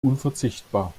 unverzichtbar